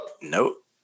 Nope